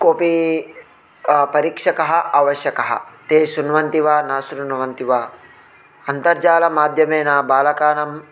कोपि परीक्षकः अवश्यकः ते शृण्वन्ति वा न शृण्वन्ति वा अन्तर्जालमाध्यमेन बालकानां